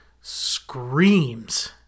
screams